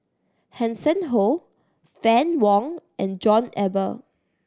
Hanson Ho Fann Wong and John Eber